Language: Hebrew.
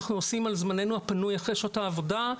אנחנו עושים על זמננו הפנוי אחרי שעות העבודה,